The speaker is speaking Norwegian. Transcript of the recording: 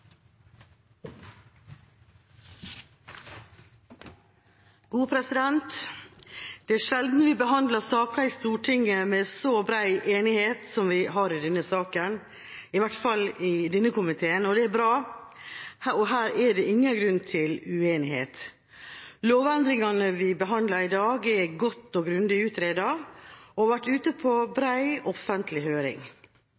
Det er sjelden vi behandler saker i Stortinget med så bred enighet som vi har i denne saken – i hvert fall i denne komiteen. Dette er bra, og her er det ingen grunn til uenighet. Lovendringene vi behandler i dag, er godt og grundig utredet og har vært ute på